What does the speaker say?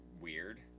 weird